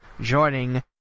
joining